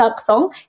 song